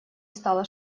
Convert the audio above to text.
стала